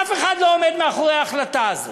אף אחד לא עומד מאחורי ההחלטה הזאת.